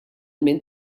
minn